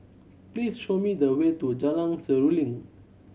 please show me the way to Jalan Seruling